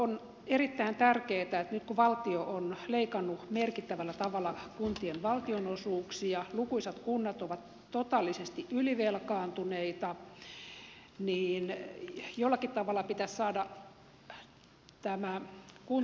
on erittäin tärkeää että nyt kun valtio on leikannut merkittävällä tavalla kuntien valtionosuuksia lukuisat kunnat ovat totaalisesti ylivelkaantuneita niin jollakin tavalla pitäisi saada kuntatalous hallintaan